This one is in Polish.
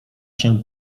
się